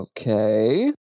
Okay